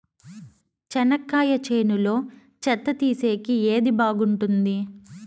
చెనక్కాయ చేనులో చెత్త తీసేకి ఏది బాగుంటుంది?